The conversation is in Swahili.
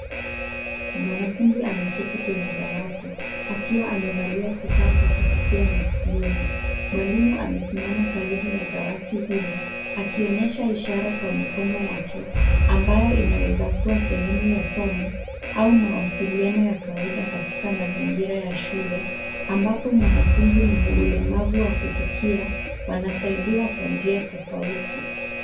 Mwanafunzi ameketi kwenye dawati akiwa amevalia kifaa cha kusikia masikioni. Mwalimu amesimama karibu na dawati hilo akionyesha ishara kwa mikono yake ambayo inaweza kuwa sehemu ya somo au mawasiliano ya kawaida katika mazingira ya shule ambapo mwanafunzi mwenye ulemavu wa kusikia wanasaidiwa kwa njia tofauti.